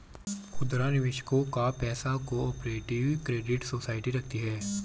खुदरा निवेशकों का पैसा को ऑपरेटिव क्रेडिट सोसाइटी रखती है